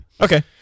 Okay